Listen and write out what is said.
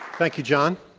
thank you, john.